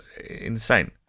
insane